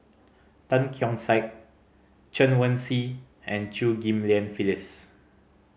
Tan Keong Saik Chen Wen Hsi and Chew Ghim Lian Phyllis